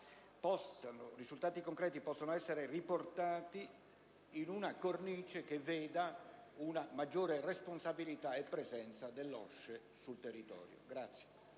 risultati concreti possano essere riportati in una cornice che veda una maggiore responsabilità e presenza dell'OSCE sul territorio.